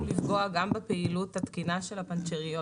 לפגוע בפעילות התקינה של הפנצ'ריות.